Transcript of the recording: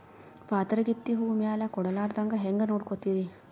ಪಾತರಗಿತ್ತಿ ಹೂ ಮ್ಯಾಲ ಕೂಡಲಾರ್ದಂಗ ಹೇಂಗ ನೋಡಕೋತಿರಿ?